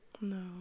No